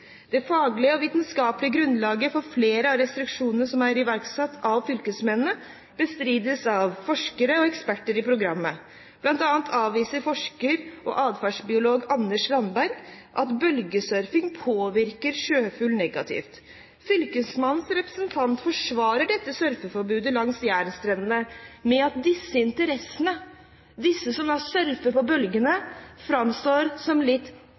Det faglige og vitenskapelige grunnlaget for flere av restriksjonene som er iverksatt av fylkesmennene, bestrides i programmet av forskere og eksperter. Blant annet avviser forsker og atferdsbiolog Anders Landberg at bølgesurfing påvirker sjøfugl negativt. Fylkemannens representant forsvarer surfeforbudet langs Jærstrendene med at disse interessene – disse som surfer på bølgene – framstår som «rare og litt